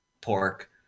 pork